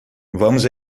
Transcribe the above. vamos